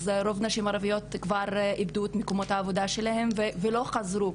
אז רוב הנשים הערביות כבר איבדו את מקומות העבודה שלהן ולא חזרו.